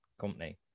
company